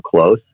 close